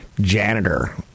janitor